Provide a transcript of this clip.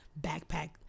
backpack